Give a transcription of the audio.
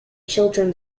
children